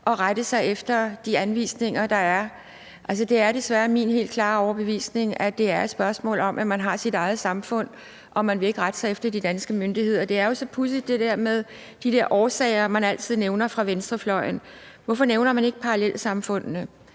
at rette sig efter de anvisninger, der er. Altså, det er desværre min helt klare overbevisning, at det er et spørgsmål om, at man har sit eget samfund, og at man ikke vil rette sig efter de danske myndigheder. Det er jo så pudsigt med de her årsager, man altid nævner fra venstrefløjen. Hvorfor nævner man ikke parallelsamfundene?